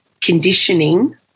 conditioning